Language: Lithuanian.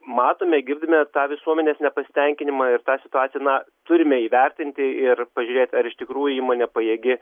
matome girdime tą visuomenės nepasitenkinimą ir tą situaciją na turime įvertinti ir pažiūrėt ar iš tikrųjų įmonė pajėgi